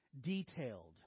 Detailed